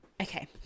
Okay